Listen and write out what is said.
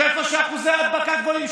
שאיפה שאחוזי ההדבקה גבוהים,